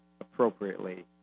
appropriately